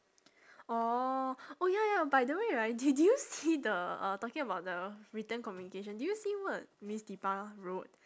orh oh ya ya by the way right did did you see the uh talking about the written communication did you see what miss dipa wrote